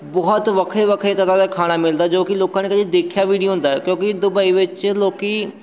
ਬਹੁਤ ਵੱਖਰੇ ਵੱਖਰੇ ਤਰ੍ਹਾਂ ਦਾ ਖਾਣਾ ਮਿਲਦਾ ਜੋ ਕਿ ਲੋਕਾਂ ਨੇ ਕਦੇ ਦੇਖਿਆ ਵੀ ਨਹੀਂ ਹੁੰਦਾ ਕਿਉਂਕਿ ਦੁਬਈ ਵਿੱਚ ਲੋਕ